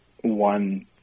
one